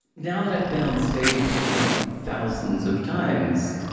now that i've been on stage you know thousands of times,